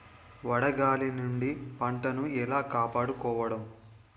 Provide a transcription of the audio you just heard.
వడగాలి నుండి పంటను ఏలా కాపాడుకోవడం?